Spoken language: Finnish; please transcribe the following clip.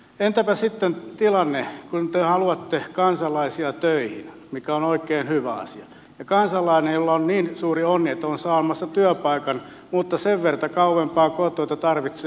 entäpä sitten tilanne kun te haluatte kansalaisia töihin mikä on oikein hyvä asia ja kansalaisella on niin suuri onni että on saamassa työpaikan mutta sen verta kauempaa kotoa että tarvitsee oman auton